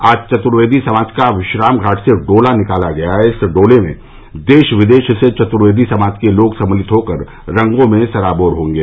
आज चतुर्वेदी समाज का विश्राम घाट से डोला निकाला गया इस डोले में देश विदेश से चतुर्वेदी समाज के लोग सम्मिलित होकर रंगों में सराबोर होगे